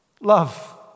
Love